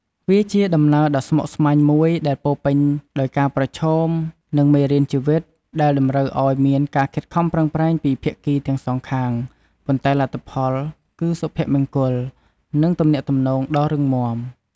វាជាដំណើរដ៏ស្មុគស្មាញមួយ ដែលពោរពេញដោយការប្រឈម និងមេរៀនជីវិត ដែលតម្រូវឱ្យមានការខិតខំប្រឹងប្រែងពីភាគីទាំងសងខាង ប៉ុន្តែលទ្ធផលគឺសុភមង្គល និងទំនាក់ទំនងដ៏រឹងមាំ។